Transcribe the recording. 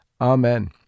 Amen